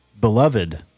beloved